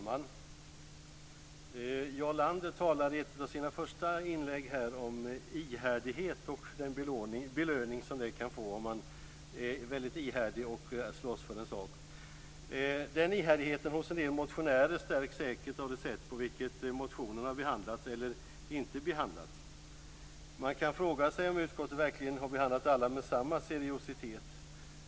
Fru talman! Jarl Lander talade i ett av sina första inlägg om ihärdighet och den belöning som den kan få som är väldigt ihärdig och slåss för en sak. Den ihärdigheten hos en del motionärer stärks säkert av det sätt på vilket motionerna har behandlats eller inte behandlats. Man kan fråga sig om utskottet verkligen har behandlat alla med samma seriositet.